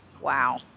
Wow